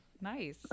nice